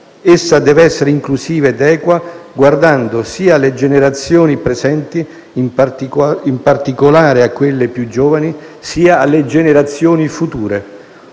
Essa deve essere inclusiva ed equa guardando sia alle generazioni presenti, in particolare a quelle più giovani, sia alle generazioni future.